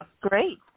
Great